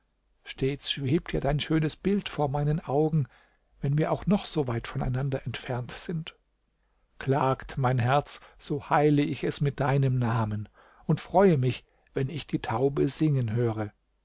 stets schwebt ja dein schönes bild vor meinen augen wenn wir auch noch so weit voneinander entfernt sind klagt mein herz so heile ich es mit deinem namen und freue mich wenn ich die taube singen höre